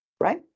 Right